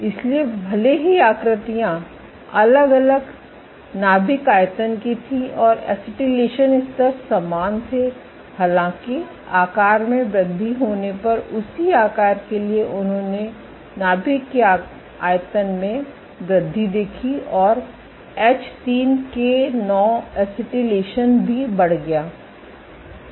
इसलिए भले ही आकृतियाँ अलग अलग नाभिक आयतन की थीं और एसिटिलेशन स्तर समान थे हालाँकि आकार में वृद्धि होने पर उसी आकार के लिए उन्होंने नाभिक के आयतन में वृद्धि देखी और एच3के9 एसिटिलेशन भी बढ़ गया ठीक है